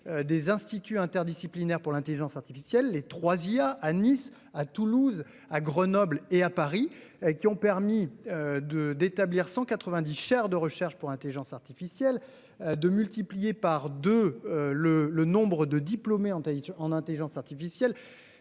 des instituts interdisciplinaires d'intelligence artificielle (3IA) à Nice, à Toulouse, à Grenoble et à Paris, qui ont permis d'établir 190 chaires de recherche pour l'intelligence artificielle, de multiplier par deux le nombre de diplômés en intelligence artificielle